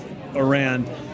Iran